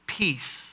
peace